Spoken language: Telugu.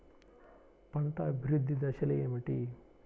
పంట అభివృద్ధి దశలు ఏమిటి?